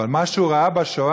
אבל מה שהוא ראה בשואה,